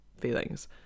feelings